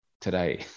today